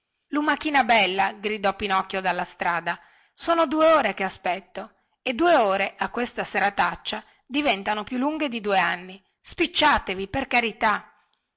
lumachina bella gridò pinocchio dalla strada sono due ore che aspetto e due ore a questa serataccia diventano più lunghe di due anni spicciatevi per carità